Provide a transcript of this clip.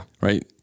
Right